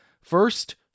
first